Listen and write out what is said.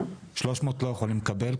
אבל כ-300 לא יכולים לקבל,